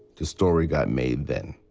the story got made then.